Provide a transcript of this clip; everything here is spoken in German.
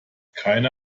keine